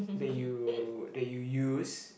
that you that you use